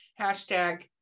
Hashtag